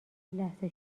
لحظه